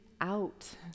out